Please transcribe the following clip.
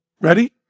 Ready